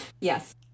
Yes